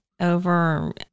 over